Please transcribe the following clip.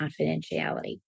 confidentiality